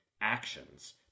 actions